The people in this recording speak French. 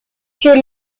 que